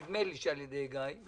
נדמה לי שעל ידי גיא,